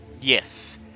Yes